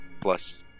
plus